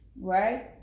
right